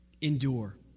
Endure